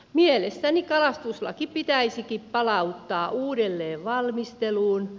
mielestäni kalastuslaki pitäisikin palauttaa uudelleenvalmisteluun